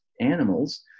animals